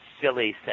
Silly